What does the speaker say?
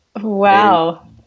wow